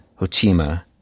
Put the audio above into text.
hotima